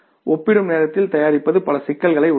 ஒப்பிடும் நேரத்தில் தயாரிப்பது பல சிக்கல்களை உருவாக்கும்